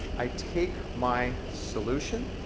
i take my solution,